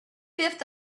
fifth